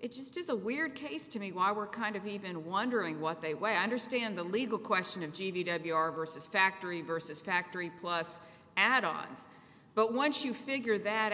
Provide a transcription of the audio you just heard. it just is a weird case to me why we're kind of even wondering what they way i understand the legal question of g v to be our versus factory versus factory plus add ons but once you figure that